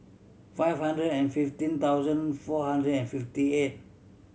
five hundred and fifteen thousand four hundred and fifty eight